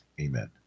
Amen